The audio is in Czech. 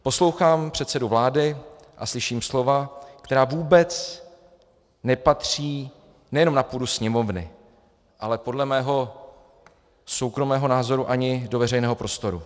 Poslouchám předsedu vlády a slyším slova, která vůbec nepatří nejenom na půdu Sněmovny, ale podle mého soukromého názoru ani do veřejného prostoru.